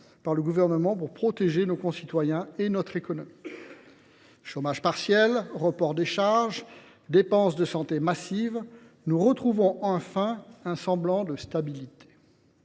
par les gouvernements d’alors pour protéger nos concitoyens et notre économie – chômage partiel, reports de charges, dépenses de santé massives –, nous retrouvons enfin un semblant de stabilité.